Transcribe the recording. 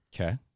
Okay